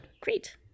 Great